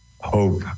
hope